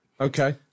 Okay